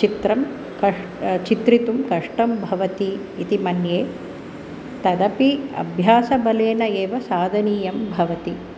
चित्रं कष् चित्रितुं कष्टं भवति इति मन्ये तदपि अभ्यासबलेन एव साधनीयं भवति